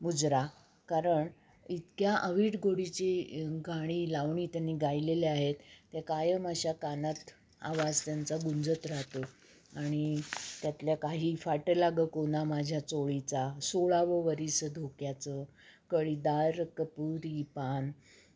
मुुजरा कारण इतक्या अविट गोडीची गाणी लावणी त्यांनी गायलेल्या आहेत त्या कायम अशा कानात आवाज त्यांचा गुंजत राहतो आणि त्यातल्या काही फाटला गं कोना माझ्या चोळीचा सोळावं वरीस धोक्याचं कळीदार कपुरी पान